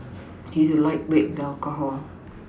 he is a lightweight in alcohol